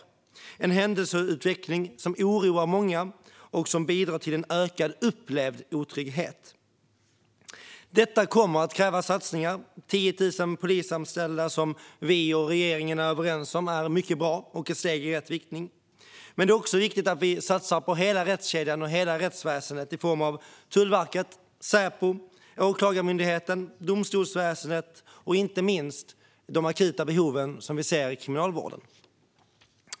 Detta är en händelseutveckling som oroar många och som bidrar till en ökad upplevd otrygghet. Detta kommer att kräva satsningar, och 10 000 fler polisanställda, som vi och regeringen är överens om, är mycket bra och ett steg i rätt riktning. Men det är också viktigt att vi satsar på hela rättskedjan och hela rättsväsendet i form av Tullverket, Säpo, Åklagarmyndigheten och domstolsväsendet. Inte minst gäller detta de akuta behov som vi ser i kriminalvården.